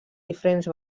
diferents